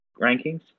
rankings